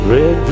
Red